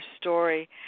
story